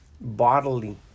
bodily